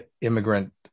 immigrant